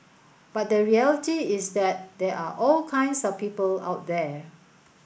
but the reality is that there are all kinds of people out there